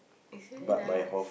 he's really nice